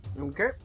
Okay